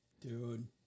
dude